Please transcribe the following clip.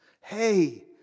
Hey